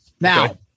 Now